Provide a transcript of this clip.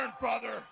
brother